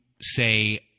say